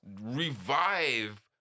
revive